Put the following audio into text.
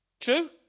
True